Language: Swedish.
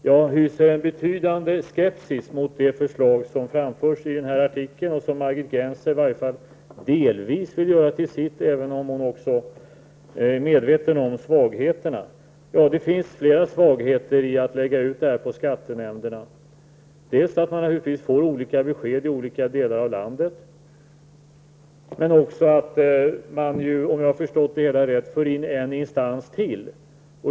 Jag hyser en betydande skepsis mot det förslag som framförs i artikeln och som Margit Gennser i alla fall delvis vill göra till sitt, även om hon också är medveten om svagheterna. Det finns flera svagheter i att lägga ut det här på skattenämnderna: dels får man då naturligtvis olika besked i olika delar av landet, dels får vi, om jag har förstått det hela rätt, en instans till.